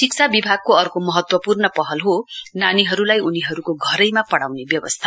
शिक्षा विभागको अर्को महत्वपूर्ण पहल हो नानीहरूलाई उनीहरूको घरैमा गएर पढाउने व्यवस्था